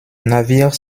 navire